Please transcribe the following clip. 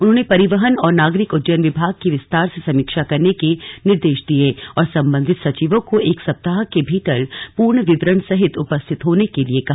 उन्होंने परिवहन और नागरिक उड्डयन विभाग की विस्तार से समीक्षा करने के निर्देश दिए और संबंधित सचियों को एक सप्ताह के भीतर पूर्ण विवरण सहित उपस्थित होने के लिए कहा